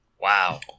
Wow